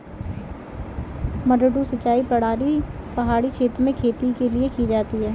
मडडू सिंचाई प्रणाली पहाड़ी क्षेत्र में खेती के लिए की जाती है